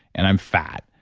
and i'm fat.